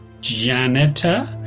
janitor